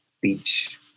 beach